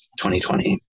2020